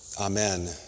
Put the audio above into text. Amen